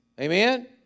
Amen